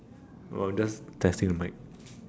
we're just testing the mic